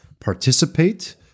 participate